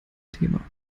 thema